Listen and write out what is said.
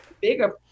bigger